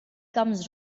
comes